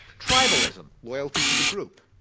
tribalism, loyalty to the group.